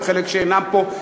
וחלק שאינם פה,